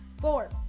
four